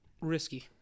risky